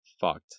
fucked